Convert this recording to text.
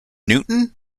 newton